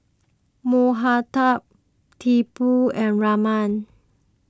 Mahatma Tipu and Raman